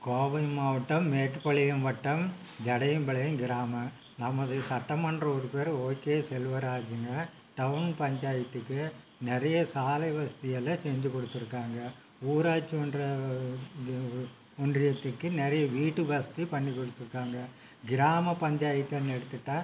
கோவை மாவட்டம் மேட்டுப்பாளையம் வட்டம் ஜடையம்பாளையம் கிராம நமது சட்டமன்ற உறுப்பினர் ஓகே செல்வராஜுங்க டவுன் பஞ்சாயத்துக்கு நிறையா சாலை வசதி எல்லாம் செஞ்சு கொடுத்துருக்காங்க ஊராட்சி மன்ற இது ஒன்றியத்துக்கு நிறைய வீட்டு வசதி பண்ணி கொடுத்துருக்காங்க கிராம பஞ்சாயத்துனு எடுத்துகிட்டா